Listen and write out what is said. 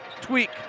tweak